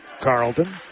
Carlton